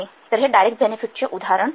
तर हे डायरेक्ट बेनेफिटचे उदाहरण आहे